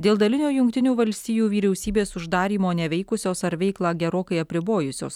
dėl dalinio jungtinių valstijų vyriausybės uždarymo neveikusios ar veiklą gerokai apribojusios